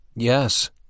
Yes